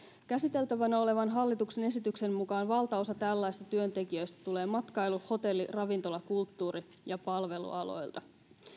käsiteltävänä olevan hallituksen esityksen mukaan valtaosa tällaisista työntekijöistä tulee matkailu hotelli ravintola kulttuuri ja palvelualoilta